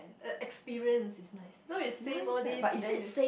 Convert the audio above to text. uh experience is nice so you save all these then you